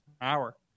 hour